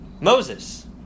Moses